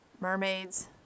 Mermaids